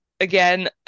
Again